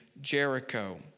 Jericho